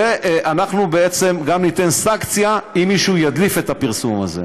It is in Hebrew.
ואנחנו בעצם גם ניתן סנקציה אם מישהו ידליף את הפרסום הזה.